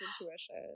intuition